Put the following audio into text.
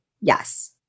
Yes